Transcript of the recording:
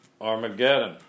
Armageddon